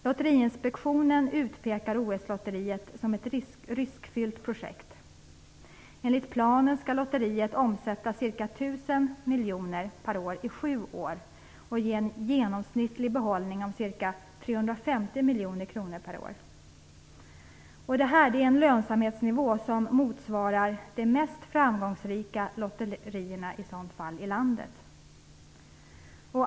Lotteriinspektionen utpekar OS-lotteriet som ett riskfyllt projekt. Enligt planen skall lotteriet omsätta ca 1 000 miljoner per år i sju år och ge en genomsnittlig behållning av ca 350 miljoner kronor per år. Det motsvarar en lönsamhetsnivå som är lika hög som för de mest framgångsrika lotterierna i landet.